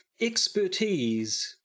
expertise